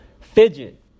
Fidget